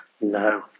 No